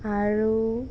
আৰু